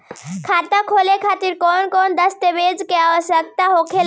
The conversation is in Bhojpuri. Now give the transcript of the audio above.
खाता खोले खातिर कौन कौन दस्तावेज के आवश्यक होला?